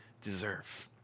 deserve